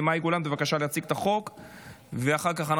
ותעבור לדיון בוועדת החוקה,